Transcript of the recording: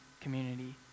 community